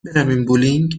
برویم